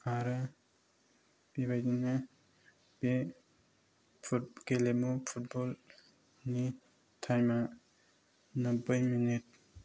आरो बेबायदिनो बे गेलेमु फुटबल नि टाइम आ नब्बै मिनिट